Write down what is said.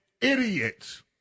idiots